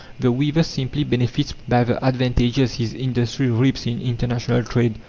the weaver simply benefits by the advantages his industry reaps in international trade,